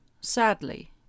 sadly